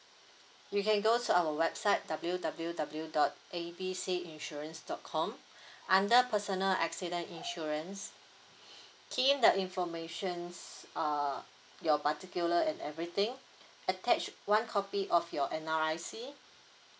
you can go to our website W W W dot A B C insurance dot com under personal accident insurance key in the informations err your particular and everything attached one copy of your N_R_I_C